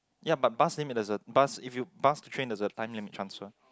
ya but bus then there's a bus if you bus train there's a time limit transfer